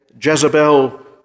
Jezebel